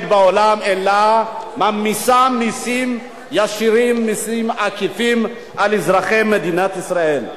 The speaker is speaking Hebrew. בעולם אלא מטילות מסים ישירים ומסים עקיפים על אזרחי מדינת ישראל.